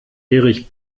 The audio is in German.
erich